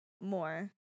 more